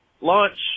launch